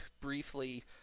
briefly